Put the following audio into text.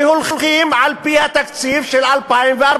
כי הולכים על-פי התקציב של 2014,